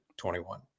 21